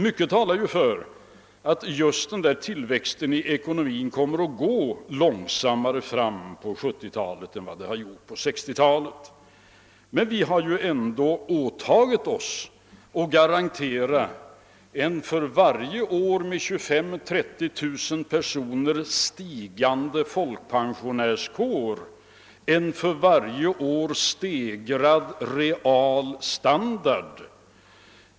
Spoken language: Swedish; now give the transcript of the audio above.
Mycket talar emellertid för att denna tillväxt i ekonomin kommer att gå långsammare på 1970-talet än på 1960-talet. Men vi har ju ändå åtagit oss att garantera en för varje år med 25 000—30 000 personer stigande folkpensionärskår en ständigt stegrad real standard.